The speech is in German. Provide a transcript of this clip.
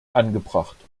angebracht